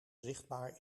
zichtbaar